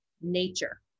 nature